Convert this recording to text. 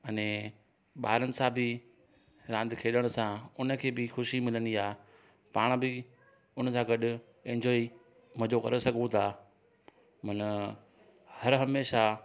अने ॿारनि सां बि रांदि खेॾण सां उननि खे बि खुशी मिलंदी आहे पाण बि उनसां गॾु इंजोय मज़ो करे सघूं था मन हर हमेशह